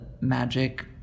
magic